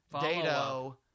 Dado